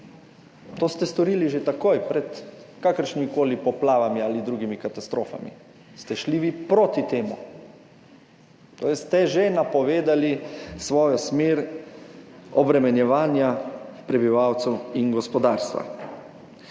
To ste storili že takoj, pred kakršnimikoli poplavami ali drugimi katastrofami ste šli vi proti temu. Torej ste že napovedali svojo smer obremenjevanja prebivalcev in gospodarstva.